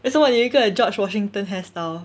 为什么你有一个 george washington hairstyle